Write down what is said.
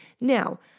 Now